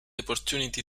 opportunity